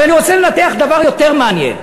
אבל אני רוצה לנתח דבר יותר מעניין.